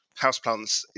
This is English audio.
houseplants